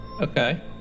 Okay